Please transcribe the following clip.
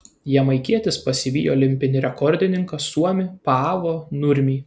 jamaikietis pasivijo olimpinį rekordininką suomį paavo nurmį